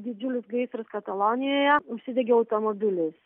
didžiulis gaisras katalonijoje užsidegė automobilis